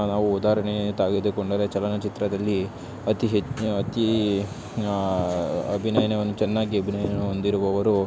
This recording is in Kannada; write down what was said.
ನಾವು ಉದಾಹರಣೆ ತಗೆದುಕೊಂಡರೆ ಚಲನಚಿತ್ರದಲ್ಲಿ ಅತಿ ಹೆಚ್ಚು ಅತಿ ಅಭಿನಯವನ್ನು ಚೆನ್ನಾಗಿ ಅಭಿನಯ ಹೊಂದಿರುವವರು